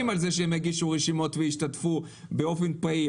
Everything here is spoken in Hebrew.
על זה שהם יגישו רשימות והשתתפו באופן פעיל,